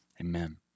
Amen